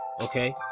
okay